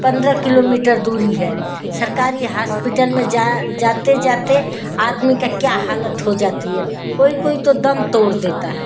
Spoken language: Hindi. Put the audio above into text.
पंद्रह किलोमीटर दूरी है सरकारी हास्पिटल में जा जाते जाते आदमी का क्या हालत हो जाती है कोई कोई तो दम तोड़ देता है